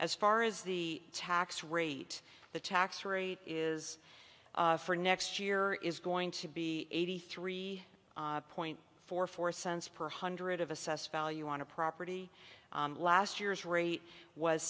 as far as the tax rate the tax rate is for next year is going to be eighty three point four four cents per one hundred of assessed value on a property last year's rate was